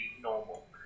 normal